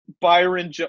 Byron